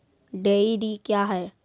Dairy क्या हैं?